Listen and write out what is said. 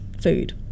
food